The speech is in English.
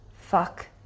Fuck